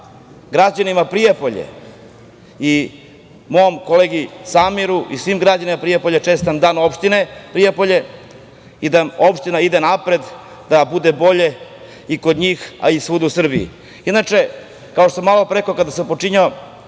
građanima Prijepolja i mom kolegi Samiru i svim građanima Prijepolja čestitam Dan opštine Prijepolje, da opština ide napred, da bude bolje i kod njih, a i svugde u Srbiji. Kao što sam malo pre rekao kada sam počinjao,